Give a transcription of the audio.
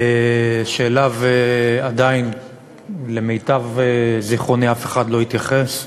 שאליו עדיין למיטב זיכרוני, אף אחד לא התייחס,